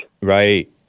right